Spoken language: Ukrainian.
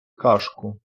кашку